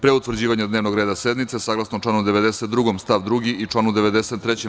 Pre utvrđivanja dnevnog reda sednice, saglasno članu 92. stav 2. i članu 93.